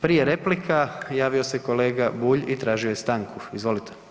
Prije replika javio se kolega Bulj i tražio je stanku, izvolite.